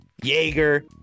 Jaeger